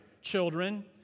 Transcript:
children